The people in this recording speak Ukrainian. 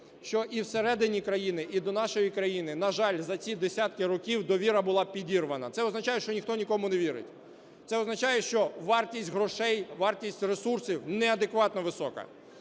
що і всередині країни, і до нашої країни, на жаль, за ці десятки років довіра була підірвана. Це означає, що ніхто нікому не вірить, це означає, що вартість грошей, вартість ресурсів неадекватно висока.